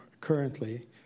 currently